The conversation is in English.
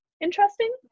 interesting